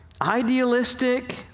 Idealistic